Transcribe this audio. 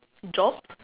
job